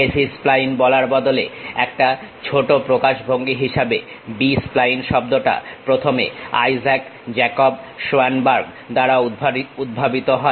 basis spline বলার বদলে একটা ছোট প্রকাশভঙ্গি হিসাবে B স্প্লাইন শব্দটা প্রথম আইজ্যাক জ্যাকব শোয়ানবার্গ দ্বারা উদ্ভাবিত হয়